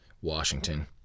Washington